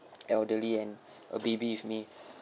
elderly and a baby with me